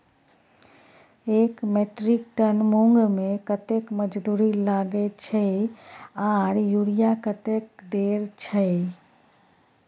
एक metric ton मूंग में कतेक मजदूरी लागे छै आर यूरिया कतेक देर छै?